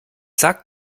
sage